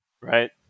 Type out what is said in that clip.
right